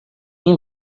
این